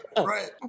right